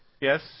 Yes